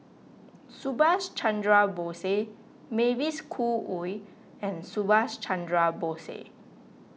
Subhas Chandra Bose Mavis Khoo Oei and Subhas Chandra Bose